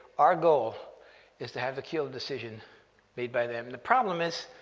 our goal is to have the kill decision made by them. the problem is,